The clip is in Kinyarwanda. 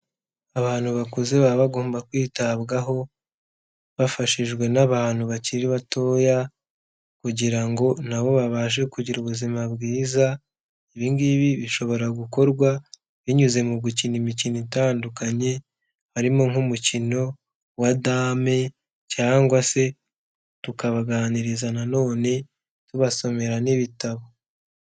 Abantu bakuze baba bagomba kwitabwaho bafashijwe n'abantu bakiri batoya, kugira ngo nabo babashe kugira ubuzima bwiza. Ibingibi bishobora gukorwa binyuze mu gukina imikino itandukanye, harimo nk'umukino wa dame cyangwa se tukabaganiriza nanone tubasomera n'ibitabo.